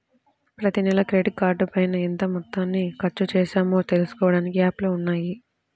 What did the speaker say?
ప్రతినెలా క్రెడిట్ కార్డుపైన ఎంత మొత్తాన్ని ఖర్చుచేశామో తెలుసుకోడానికి యాప్లు ఉన్నయ్యి